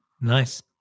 Nice